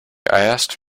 asked